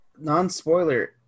Non-spoiler